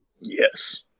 Yes